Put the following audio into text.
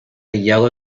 yellow